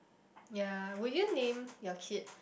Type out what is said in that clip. ya would you name your kid